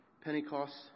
Pentecost